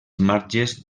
marges